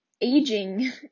aging